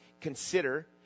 consider